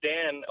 Dan